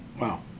Wow